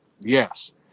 yes